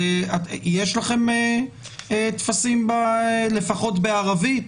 יש לכם טפסים, לפחות בערבית,